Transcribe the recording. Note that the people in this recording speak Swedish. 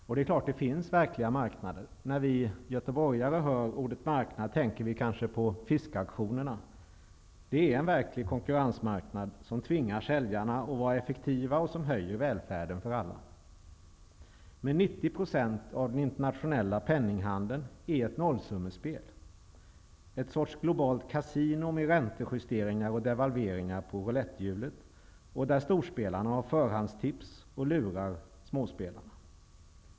Och det är klart att det finns verkliga marknader. När vi Göteborgare hör ordet marknad tänker vi kanske på fiskauktionerna, en verklig konkurrensmarknad som tvingar säljarna att vara effektiva och som höjer välfärden för alla. Men 90 % av den internationella penninghandeln är ett nollsummespel, ett sorts globalt kasino med räntejusteringar och devalveringar på rouletthjulet och där storspelarna har förhandstips och lurar småspelarna.